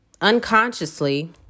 unconsciously